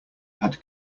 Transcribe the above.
had